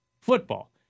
football